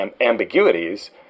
ambiguities